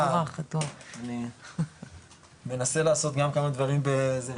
אני מנסה לעשות גם כמה דברים בזה.